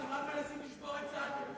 אתם רק מנסים לשבור את צה"ל מבפנים,